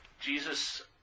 Jesus